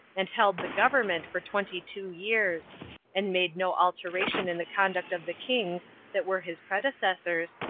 and held the government for twenty-two years and made no alteration in the conduct of the kings that were his predecessors,